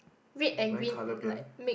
am I colour blind